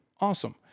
awesome